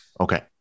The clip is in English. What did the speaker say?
Okay